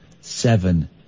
seven